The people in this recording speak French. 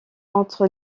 entre